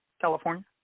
california